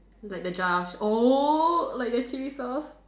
like the jar oh like the chilli sauce